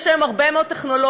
יש היום הרבה מאוד טכנולוגיות,